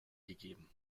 gegeben